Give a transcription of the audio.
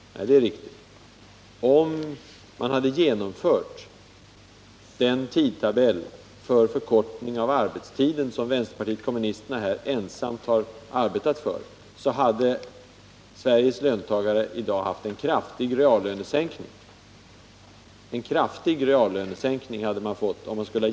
Det är riktigt. Om man hade genomfört den tidtabell för förkortning av arbetstiden som vänsterpartiet kommunisterna ensamt arbetade för, skulle Sveriges löntagare i dag ha fått en kraftig reallönesänkning.